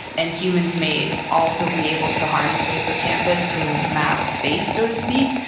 and humans may also be able to harness the hippocampus to map space, so to speak.